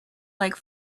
like